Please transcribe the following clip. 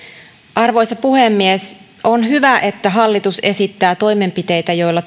arvoisa puhemies on hyvä että hallitus esittää toimenpiteitä joilla